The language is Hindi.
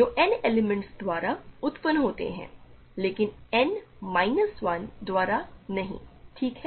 जो n एलिमेंट्स द्वारा उत्पन्न होते हैं लेकिन n माइनस 1 द्वारा नहीं ठीक है